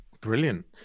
Brilliant